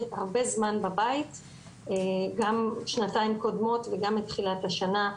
זמן בבית גם בשנתיים קודמות וגם מתחילת השנה.